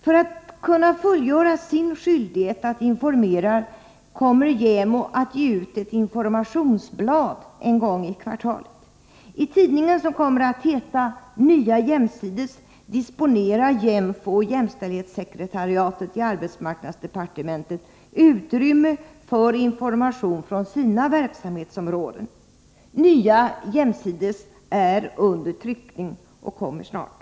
För att kunna fullgöra sin skyldighet att informera kommer JÄMO att ge ut ett informationsblad en gång i kvartalet. I tidningen, som kommer att heta Nya Jämsides, disponerar JÄMFO och jämställdhetssekretariatet i arbetsmarknadsdepartementet utrymme för information från sina verksamhetsområden. Nya Jämsides är under tryckning och kommer snart.